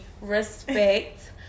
Respect